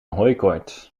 hooikoorts